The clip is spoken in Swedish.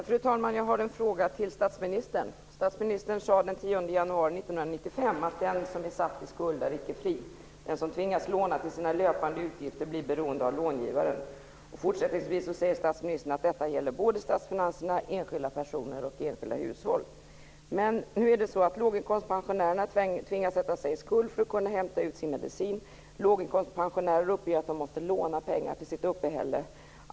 Fru talman! Jag har en fråga till statsministern. Statsministern sade den 10 januari 1995 att den som är satt i skuld är icke fri, att den som tvingas låna till sina löpande utgifter blir beroende av långivaren. Fortsättningsvis säger statsministern att detta gäller såväl statsfinanserna som enskilda personer och enskilda hushåll. Men nu är det så att låginkomstpensionärerna tvingas sätta sig i skuld för att kunna hämta ut sin medicin. Låginkomstpensionärer uppger att de måste låna pengar till sitt uppehälle.